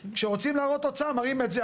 כשרוצים להראות הוצאה מראים את זה.